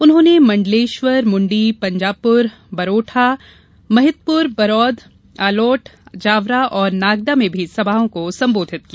उन्होंने मण्डलेश्वर मुण्डी पंजापुर बरोठा महिदपुर बड़ोद आलोट जावरा और नागदा में भी सभाओं को संबोधित किया